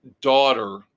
daughter